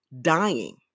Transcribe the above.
dying